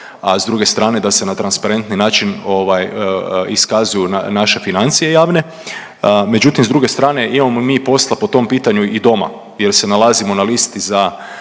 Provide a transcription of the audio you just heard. a s druge strane, da se na transparentni način ovaj, iskazuju naše financije javne. Međutim, s druge strane, imamo i mi posla po tom pitanju i doma jer se nalazimo na listi za,